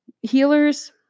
healers